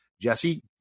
Jesse